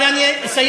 אבל אני אסיים.